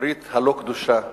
הברית הלא-קדושה